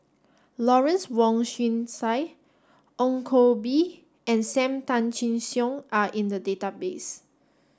Lawrence Wong Shyun Tsai Ong Koh Bee and Sam Tan Chin Siong are in the database